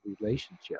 relationship